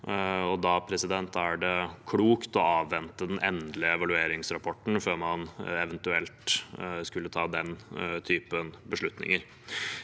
da er det klokt å avvente den endelige evalueringsrapporten før man eventuelt skulle ta den typen beslutninger.